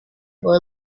boy